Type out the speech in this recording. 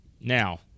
Now